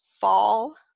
fall